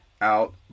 out